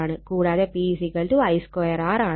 കൂടാതെ P I 2 R ആണ്